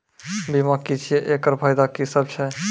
बीमा की छियै? एकरऽ फायदा की सब छै?